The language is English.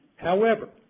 however,